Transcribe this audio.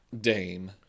Dame